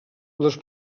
les